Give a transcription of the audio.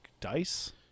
dice